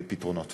ופתרונות.